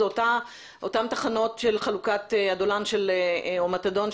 זה אותן תחנות של חלוקת אדולן או מתדון,